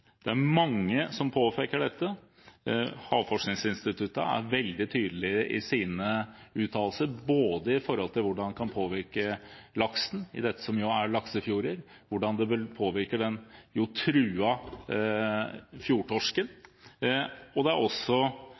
Det er mange som påpeker dette. Havforskningsinstituttet er veldig tydelig i sine uttalelser, både når det gjelder hvordan det kan påvirke laksen i dette som jo er laksefjorder, og hvordan det vil påvirke den truede fjordtorsken. Det er også